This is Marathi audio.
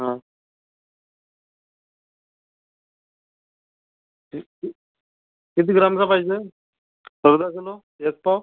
हा किती ग्रामचा पाहिजे अर्धा किलो एक पाव